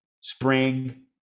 spring